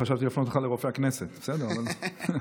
חשבתי להפנות אותך לרופא הכנסת, אבל בסדר.